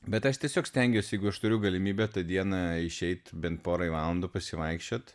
bet aš tiesiog stengiuosi jeigu aš turiu galimybę tą dieną išeit bent porai valandų pasivaikščiot